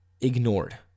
ignored